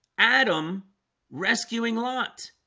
adam rescuing lot.